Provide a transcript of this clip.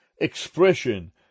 expression